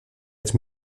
être